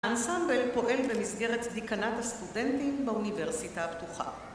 האנסמבל פועל במסגרת דיקנט הסטודנטים באוניברסיטה הפתוחה